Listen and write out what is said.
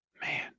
Man